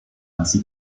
ainsi